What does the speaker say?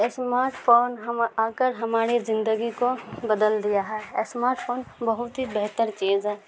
smart phone ہم آ کر ہماری زندگی کو بدل دیا ہے اسمارٹ فون بہت ہی بہتر چیز ہے